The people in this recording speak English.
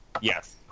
Yes